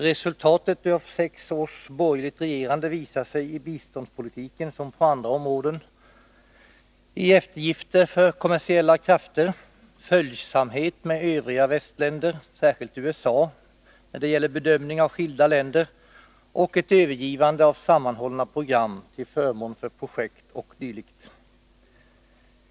Resultatet av sex års borgerligt regerande visar i biståndspolitiken, som på andra områden, i eftergifter för kommersiella krafter, följsamhet med övriga västländer, särskilt USA, när det gäller bedömning av skilda länder och ett övergivande av sammanhållna program till förmån för projektet o. d.